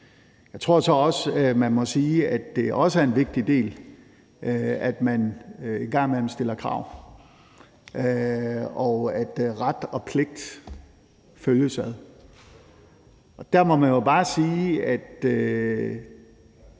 Jeg tror så også, at man må sige, at en vigtig del af det også handler om, at man engang imellem stiller krav, og at ret og pligt følges ad. Der må man jo bare sige, at